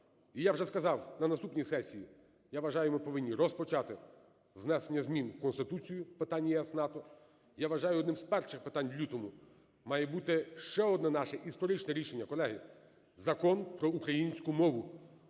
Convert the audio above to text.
І я вже сказав, на наступній сесії, я вважаю, ми повинні розпочати з внесення змін у Конституцію – питання ЄС-НАТО. Я вважаю, одним з перших питань у лютому має бути ще одне наше історичне рішення, колеги: Закон про українську мову,